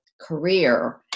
career